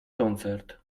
koncert